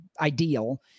ideal